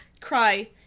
cry